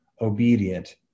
obedient